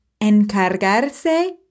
encargarse